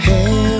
Hey